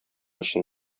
өчен